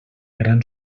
gran